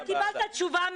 מאיר, אתה קיבלת תשובה?